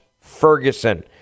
Ferguson